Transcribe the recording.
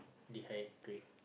dehydrate